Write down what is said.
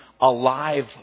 alive